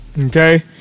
okay